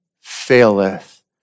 faileth